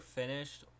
finished